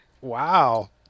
Wow